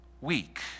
weak